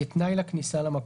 כתנאי לכניסה למקום.